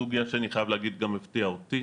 סוגיה שאני חייב להגיד שגם הפתיעה אותי